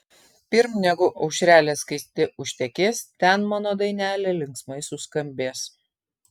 pirm negu aušrelė skaisti užtekės ten mano dainelė linksmai suskambės